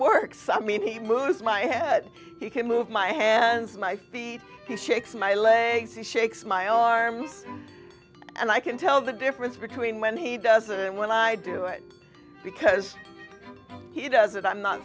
works i mean he moves my head he can move my hands my feet he shakes my legs he shakes my arms and i can tell the difference between when he doesn't and when i do it because he does it i'm not